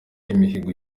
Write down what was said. imihigo